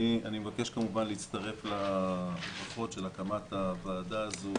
אני מבקש כמובן להצטרף לברכות של הקמת הוועדה הזו,